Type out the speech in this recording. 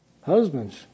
Husbands